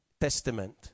Testament